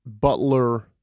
Butler